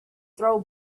throw